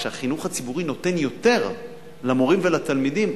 כשהחינוך הציבורי נותן יותר למורים ולתלמידים,